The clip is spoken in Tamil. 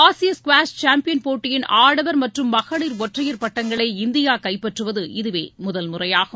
ஆசிய ஸ்குவாஷ் சாம்பியன் போட்டியின் ஆடவர் மற்றும் மகளிர் ஒற்றையர் பட்டங்களை இந்தியா கைப்பற்றுவது இதுவே முதல்முறையாகும்